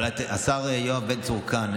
אבל השר יואב בן צור כאן.